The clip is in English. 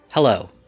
Hello